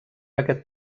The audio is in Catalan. aquest